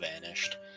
vanished